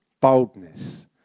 Boldness